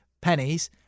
pennies